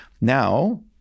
Now